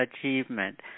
achievement